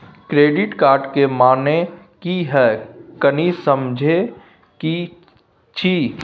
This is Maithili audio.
क्रेडिट कार्ड के माने की हैं, कनी समझे कि छि?